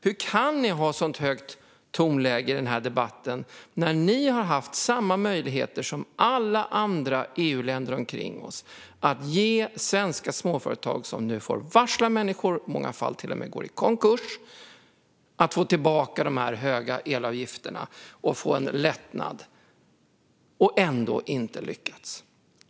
Hur kan ni ha ett sådant högt tonläge i debatten när ni har haft samma möjligheter som alla andra EU-länder omkring oss att ge svenska småföretag - företag som nu får varsla människor och i många fall till och med går i konkurs - en möjlighet att få tillbaka de höga elavgifterna och ändå inte lyckats?